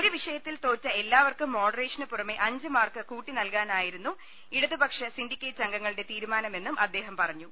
ഒരു വിഷയത്തിൽ തോറ്റ എല്ലാ വർക്കും മോഡറേഷനു പുറമെ അഞ്ച് മാർക്ക് കൂട്ടി നൽകാ നായിരുന്നു ഇടതുപക്ഷ സിൻഡിക്കേറ്റ് അംഗങ്ങളുടെ തീരു മാനമെന്നും അദ്ദേഹം പറഞ്ഞു